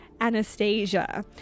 Anastasia